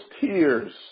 tears